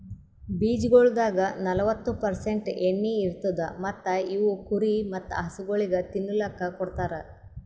ಬೀಜಗೊಳ್ದಾಗ್ ನಲ್ವತ್ತು ಪರ್ಸೆಂಟ್ ಎಣ್ಣಿ ಇರತ್ತುದ್ ಮತ್ತ ಇವು ಕುರಿ ಮತ್ತ ಹಸುಗೊಳಿಗ್ ತಿನ್ನಲುಕ್ ಕೊಡ್ತಾರ್